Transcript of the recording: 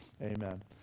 Amen